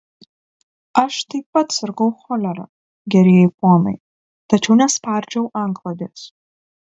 aš taip pat sirgau cholera gerieji ponai tačiau nespardžiau antklodės